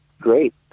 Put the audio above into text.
great